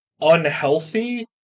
unhealthy